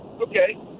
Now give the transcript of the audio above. Okay